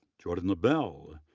jordan labelle,